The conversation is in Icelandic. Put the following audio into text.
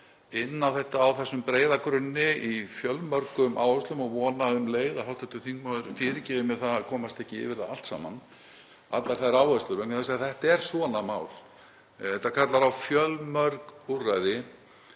inn á þetta á þessum breiða grunni í fjölmörgum áherslum og vona um leið að hv. þingmaður fyrirgefi mér það að komast ekki yfir það allt saman og allar þær áherslur — vegna þess að þetta er svona mál sem kallar á fjölmörg úrræði.